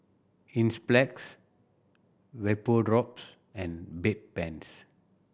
Enzyplex Vapodrops and Bedpans